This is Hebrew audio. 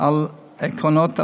על העקרונות הבאים,